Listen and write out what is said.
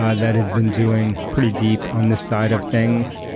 ah that has been doing pretty deep on this side of things,